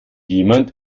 jemand